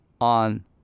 on